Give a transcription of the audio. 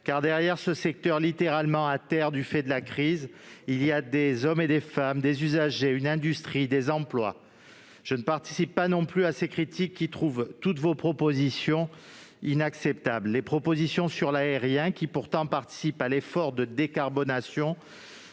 derrière ce secteur littéralement à terre, du fait de la crise, il y a des hommes et des femmes, des usagers, une industrie et des emplois. Je ne participe pas non plus à ces critiques qui trouvent toutes vos propositions inacceptables. Les mesures sur l'aérien qui contribuent à l'effort de décarbonation